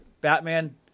Batman